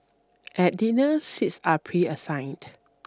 at dinner seats are preassigned